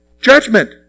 judgment